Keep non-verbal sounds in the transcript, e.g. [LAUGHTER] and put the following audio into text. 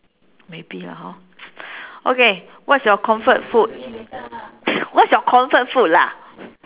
maybe lah hor [NOISE] okay what's your comfort food [NOISE] what's your comfort food lah